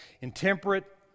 intemperate